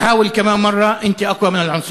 נסה עוד פעם.